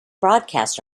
broadcast